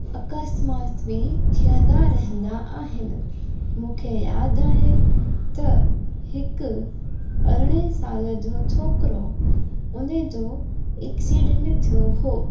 अकस्तमोस्त बि थींदा रहंदा आहिनि मूंखे यादि आहे त हिकु अरिड़हें साल जो छोकिरो उन जो एक्सीडेंट थियो हुओ